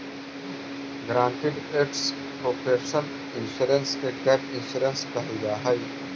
guaranteed asset proportion insurance के gap insurance कहल जाऽ हई